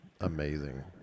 amazing